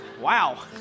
Wow